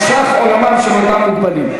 חשך עולמם של אותם מוגבלים.